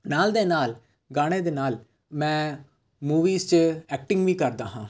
ਨਾਲ ਦੇ ਨਾਲ ਗਾਣੇ ਦੇ ਨਾਲ ਮੈਂ ਮੂਵੀਸ 'ਚ ਐਕਟਿੰਗ ਵੀ ਕਰਦਾ ਹਾਂ